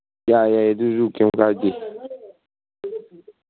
ꯌꯥꯏ ꯌꯥꯏ ꯑꯗꯨꯁꯨ ꯀꯩꯝ ꯀꯥꯏꯗꯦ